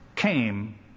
Came